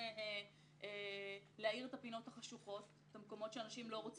להצגה וחושבים שמדינת ישראל גם צריכה לממן אותו את